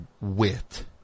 wit